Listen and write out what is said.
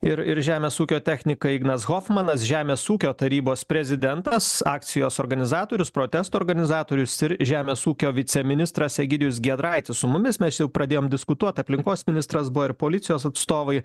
ir ir žemės ūkio technika ignas hofmanas žemės ūkio tarybos prezidentas akcijos organizatorius protesto organizatorius ir žemės ūkio viceministras egidijus giedraitis su mumis mes jau pradėjom diskutuot aplinkos ministras buvo ir policijos atstovai